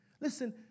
Listen